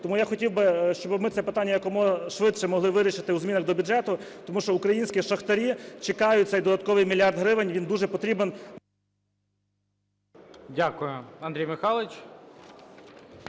Тому я хотів би, щоби ми це питання якомога швидше могли вирішити у змінах до бюджету, тому що українські шахтарі чекають цей додатковий мільярд гривень, він дуже потрібен… ГОЛОВУЮЧИЙ. Дякую, Андрій Михайлович.